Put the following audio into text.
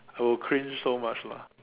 I will cringe so much lah